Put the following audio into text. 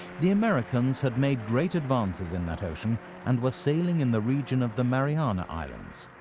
the americans had made great advances in that ocean and were sailing in the region of the mariana islands.